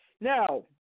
Now